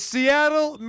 Seattle